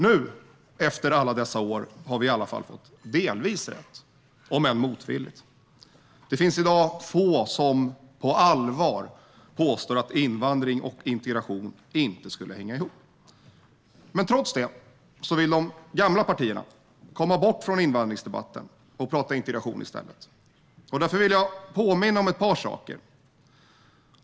Nu, efter alla dessa år, har vi alla fall fått delvis rätt, om än motvilligt. Det finns i dag få som på allvar påstår att invandring och integration inte skulle hänga ihop. Trots detta vill de gamla partierna komma bort från invandringsdebatten och i stället prata integration. Därför vill jag påminna om ett par saker.